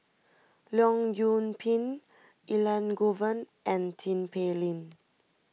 Leong Yoon Pin Elangovan and Tin Pei Ling